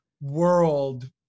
world